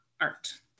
art